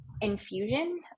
infusion